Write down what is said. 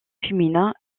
féminin